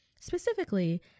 Specifically